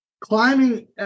climbing